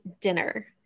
dinner